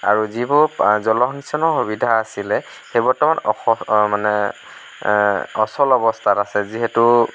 আৰু যিবোৰ জলসিঞ্চনৰ সুবিধা আছিলে সেইবোৰ বৰ্তমান অস মানে অচল অৱস্থাত আছে যিহেতু